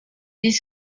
des